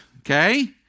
okay